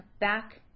back